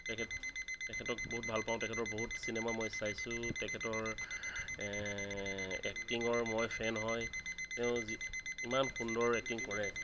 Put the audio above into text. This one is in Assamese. তেখেত তেখেতক বহুত ভাল পাওঁ তেখেতৰ বহুত চিনেমা মই চাইছোঁ তেখেতৰ এক্টিঙৰ মই ফেন হয় তেওঁ যি ইমান সুন্দৰ এক্টিং কৰে